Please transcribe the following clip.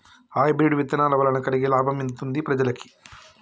Hybrid విత్తనాల వలన కలిగే లాభం ఎంతుంది ప్రజలకి?